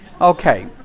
Okay